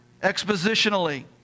expositionally